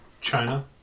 china